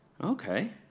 Okay